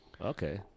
Okay